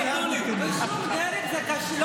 לא